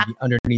underneath